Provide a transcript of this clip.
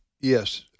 Yes